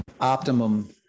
optimum